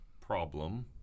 problem